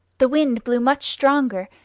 the wind blew much stronger,